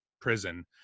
prison